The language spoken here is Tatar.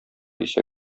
исә